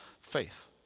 faith